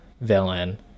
villain